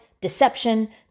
deception